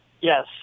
Yes